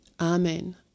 Amen